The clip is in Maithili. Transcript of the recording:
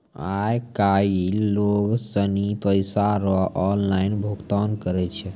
आय काइल लोग सनी पैसा रो ऑनलाइन भुगतान करै छै